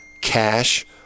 cash